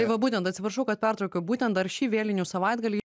tai va būtent atsiprašau kad pertraukiu būtent dar šį vėlinių savaitgalį